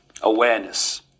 awareness